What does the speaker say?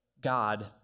God